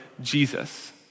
Jesus